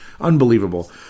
Unbelievable